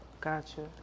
Gotcha